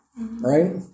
right